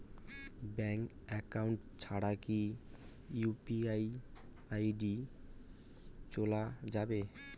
Bank account ছাড়া কি UPI ID চোলা যাবে?